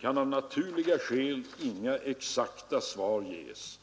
kan av naturliga skäl intet exakt svar ges.